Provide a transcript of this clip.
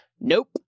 Nope